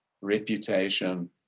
reputation